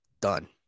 done